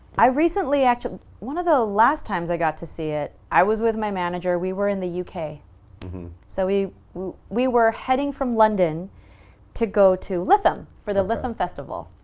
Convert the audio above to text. i recently, actually, one of the last times i got to see it. i was with my manager, we were in the yeah uk so we we were heading from london to go to lithum for the lithum festival.